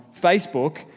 facebook